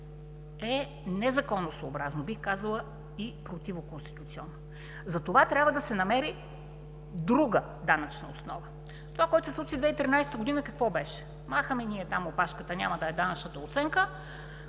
е незаконосъобразно, бих казала и противоконституционно, затова трябва да се намери друга данъчна основа. Това, което се случи в 2013 г. какво беше? Махаме ние там опашката, няма да е данъчната оценка,